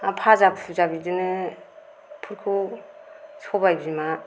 भाजा भुजा बिदिनो फोरखौ सबाय बिमा